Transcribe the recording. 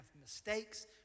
mistakes